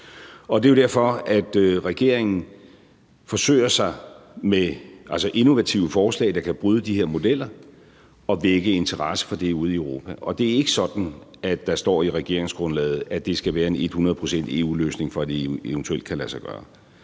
Det er jo derfor, at regeringen forsøger sig med innovative forslag, der kan bryde de her modeller og vække interesse for det ude i Europa. Og det er ikke sådan, at der står i regeringsgrundlaget, at det skal være en et hundrede procent EU-løsning, for at det eventuelt kan lade sig gøre.